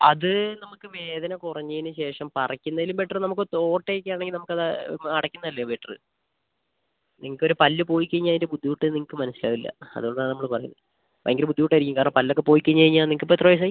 അത് നമുക്ക് വേദന കുറഞ്ഞതിന് ശേഷം പറിക്കുന്നതിലും ബെറ്റർ നമുക്ക് അത് ഓട്ട ഒക്കെ ആണെങ്കിൽ നമുക്ക് അത് അടയ്ക്കുന്നത് അല്ലേ ബെറ്റർ നിങ്ങൾക്ക് ഒരു പല്ല് പോയി കഴിഞ്ഞാൽ അതിൻ്റ ബുദ്ധിമുട്ട് നിങ്ങൾക്ക് മനസ്സിലാവില്ല അതുകൊണ്ടാണ് നമ്മൾ പറയുന്നത് ഭയങ്കര ബുദ്ധിമുട്ട് ആയിരിക്കും കാരണം പല്ലൊക്കെ പോയി കഴിഞ്ഞ് കഴിഞ്ഞാൽ നിങ്ങൾക്ക് ഇപ്പം എത്ര വയസ്സായി